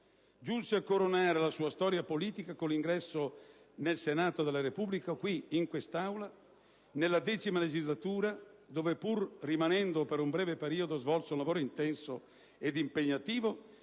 Giunse a coronare la sua storia politica con l'ingresso nel Senato della Repubblica, qui in quest'Aula, nella X legislatura, dove, come già ricordato, pur rimanendo per un breve periodo svolse un lavoro intenso ed impegnativo,